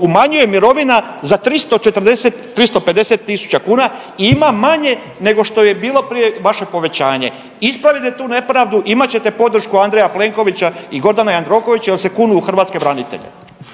umanjuje mirovina za 340, 350 000 kuna i ima manje nego što je bilo prije vaše povećanje. Ispravite tu nepravdu, imat ćete podršku Andreja Plenkovića i Gordana Jandrokovića jer se kunu u hrvatske branitelje.